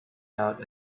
out